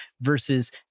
versus